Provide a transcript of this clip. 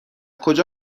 کجا